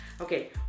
okay